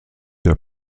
der